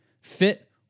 fit